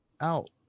out